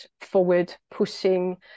forward-pushing